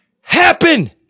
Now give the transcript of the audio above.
happen